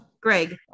Greg